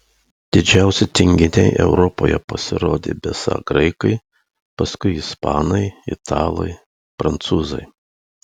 didžiausi tinginiai europoje pasirodė besą graikai paskui ispanai italai prancūzai